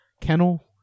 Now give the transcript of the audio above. kennel